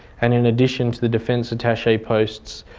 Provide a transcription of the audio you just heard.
and in addition to the defence attache posts